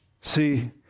See